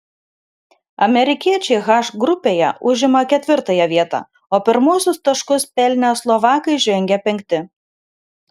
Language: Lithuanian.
amerikiečiai h grupėje užima ketvirtąją vietą o pirmuosius taškus pelnę slovakai žengia penkti